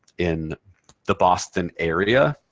in the boston area,